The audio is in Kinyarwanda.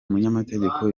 munyamategeko